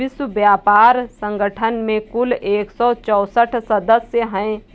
विश्व व्यापार संगठन में कुल एक सौ चौसठ सदस्य हैं